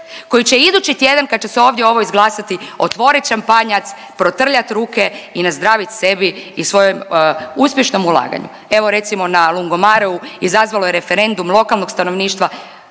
koji će idući tjedan kad će se ovdje ovo izglasati otvorit šampanjac, protrljat ruke i nazdravit sebi i svojem uspješnom ulaganju. Evo recimo na Lungo mareu izazvalo je referendum lokalnog stanovništva